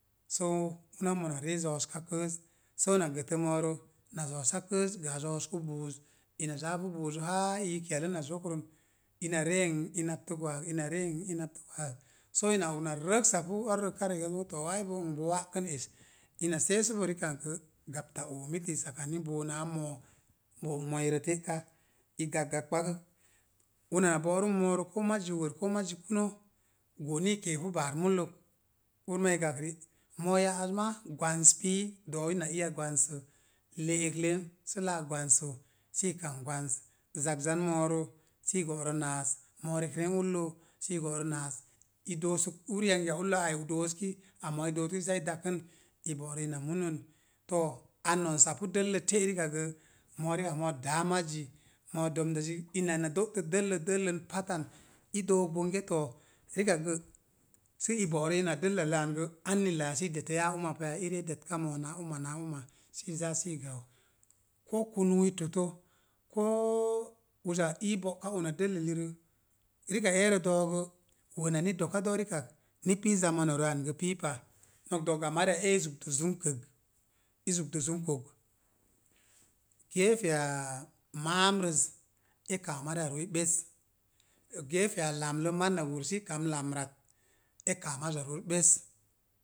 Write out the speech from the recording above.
Soo, una mona ree zo̱o̱ska kə'əz, soo na gətə mo̱o̱rə, na zo̱o̱sa kə'əz, gə a zo̱o̱sku buuz. Ina zaap buuzə haa i yika ya ləna zokrən. Ina ree an i naptək waag, ina ree an i naptək waag so ina og na reksapu ar rekarə gə inge to, wa'ai boo nn bo wa'kon es. ina seesubo rikan gə sapta oomiti sakani boo naa moo. Bo og moo iirə te'ka i gakp gakkpakək. Una na bo̱'rum mo̱o̱rə koo mazzi wərk koo mazzi kuno, goo ni i keep o'rə naas, moo rek ren ullə sə i go̱ rə naas, i doosuk uri yangiya ullə dooski, a mooi dootki, sə zal dakən i bo̱'rə ina munən, to, a nonsapu dəllə te’ rikak gə, moo rikak moo daa mazzi, moo domdazi. Ina na do’ tə dəllə dəllən pattan, i dook bonge to, rikak gə sə i bo̱'rə ina dəllallə an gə anni láa sə i de̱tə yaa uma pa ya? I re de̱tka moo naa uma naa uma, si zaa si gau. Koo kunuwi totə, koo uzo ii bo̱'ka una dəlla elirə, rikak eerə do̱o̱ gə, wo̱nna ni do̱kado̱’ rikak ni pi zamanu rə an gə pii pa, nok de'gamariya eei i zugdus zun kəg, i zugdus zun ko̱g. Geefeyo maamrəz, e kaa mariya rooi ɓes, geefeya lamlə maz na wor sə i kamn lamrat, e kaa maza rooz ɓes.